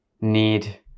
need